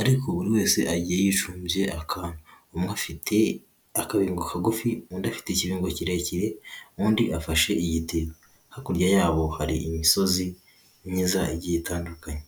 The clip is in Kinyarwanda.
ariko buri wese yicumbye akantu, umwe afite akabingo kagufi, undi afite ikirungo kirekire undi afashe igitiyo, hakurya yabo hari imisozi myiza igiye itandukanye.